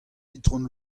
itron